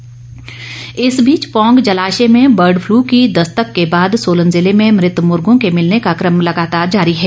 bird flu इस बीच पौंग जलाशय में बर्ड फ्लू की दस्तक के बाद सोलन जिले में मृत मुर्गों के भिलने का क्रम लगातार जारी है